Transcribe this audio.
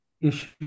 issue